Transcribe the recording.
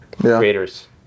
creators